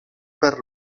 per